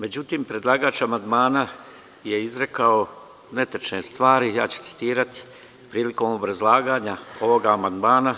Međutim, predlagač amandmana je izrekao netačne stvari, ja ću citirati, prilikom obrazlaganja ovog amandmana,